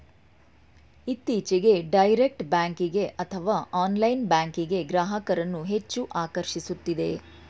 ಇತ್ತೀಚೆಗೆ direct banking ಅಥವಾ online banking ಗ್ರಾಹಕರನ್ನು ಹೆಚ್ಚು ಆಕರ್ಷಿಸುತ್ತಿದೆ